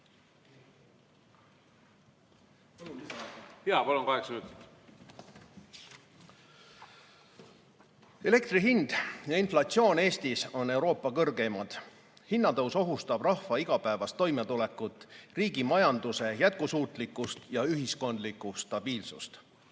Elektri hind ja inflatsioon Eestis on Euroopa kõrgeimad. Hinnatõus ohustab rahva igapäevast toimetulekut, riigi majanduse jätkusuutlikkust ja ühiskondlikku stabiilsust.